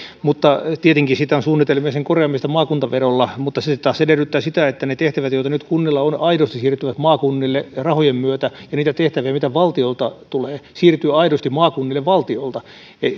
tietenkin on suunnitelmia sen korjaamisesta maakuntaverolla mutta se sitten taas edellyttää sitä että ne tehtävät joita nyt kunnilla on aidosti siirtyvät maakunnille rahojen myötä ja niitä tehtäviä mitä valtiolta tulee siirtyy aidosti maakunnille valtiolta